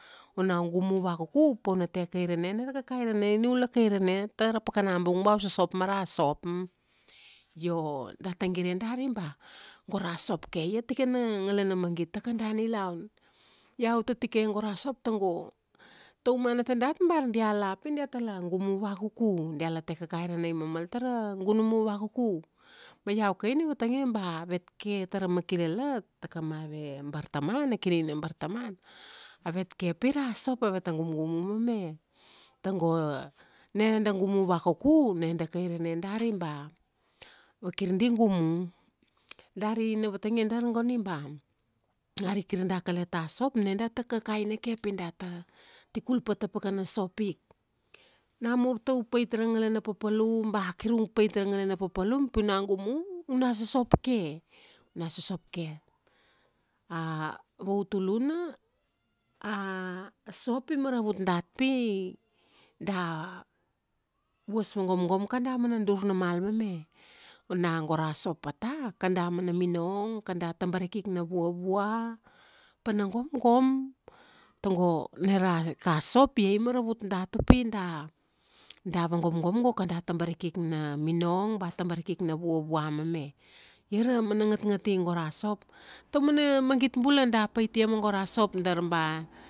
Ona u gumu vakuku, pau na te kairene na ra kakairanai ni u la kairene tara pakana bung ba u sosop mara sop. Io, data gire dari ba, go ra sop ke ia tikana ngalana magit ta kada nilaun. Iau tatike go ra sop tago, taumana tadat bar dia la pi diata la gumu vakuku. Dila te kakairanai gunumu vakuku. Ma iau ke ina vatang ia ba, avet ke tara makilalat, ta kamave, bartamana, kini na bartamana, avet ke pi ra sop aveta gumgumu mame. Tago, na da gumu vakuku, na da kairene dari ba, vakir di gumu. Dari ina vatangia dar goni ba, ari kir da kale ta sop, na data kakaina ke pi data, ti kul pa ta pakana sop ik. Namur ta u pait ra ngalana papalum, ba kir u pait ngalana papalum, pi u na gumu, una sosop ke. U na sosop ke. A, vautuluna, a sop i maravut dat pi, da, vuas va gomgom kada mana dur na mal mame. Ona go ra sop pata, kada mana minong, kada tabarikik na vuavua, pana gomgom. Tago na ra ika sop, ia i maravut dat upi da, da vagomgom go kada tabarikik na minong ba tabarikik na vuavua mame. Ia ra mana ngatngati go ra sop. Tauman magit bula da pait ia ma go ra sop. Dar ba